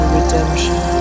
redemption